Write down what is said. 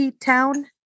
town